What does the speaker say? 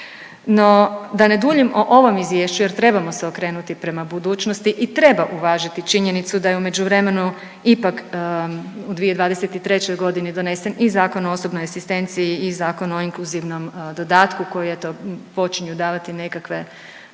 No, da ne duljim o ovom izvješću jer trebamo se okrenuti prema budućnosti i treba uvažiti činjenicu da je u međuvremenu ipak u 2023. godini donesen i Zakon o osobnoj asistenciji i Zakon o inkluzivnom dodatku koji eto počinju davati nekakve